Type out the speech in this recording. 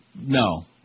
No